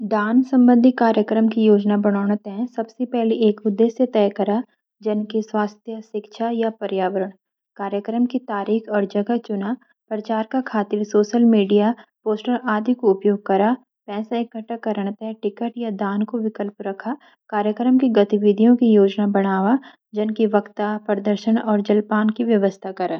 दान संबंधि कार्यक्रम की योजना बनाएं ते सब सी पेली एक उद्देश्य तय करा, जन की स्वास्थ्य शिक्षा या पर्यावरण। कार्यकर्म की तारिक और जगह चुना। प्रचार का खातिर सोसल मीडिया पोस्टर आदी कू उपयोग करा। पैसा एकटा करण ते बिरकी टिकट या दान कू विकल्प राका.कार्यक्रम की गतिविधियों की योजना बनावा जन की वक्ता, प्रदर्शन और जलपान।